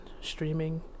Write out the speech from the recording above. Streaming